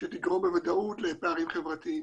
שתגרום בוודאות לפערים חברתיים.